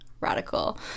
radical